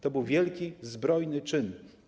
To był wielki zbrojny czyn.